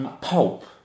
pulp